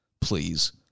please